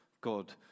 God